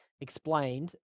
explained